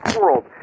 world